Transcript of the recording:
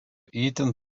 itin